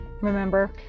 Remember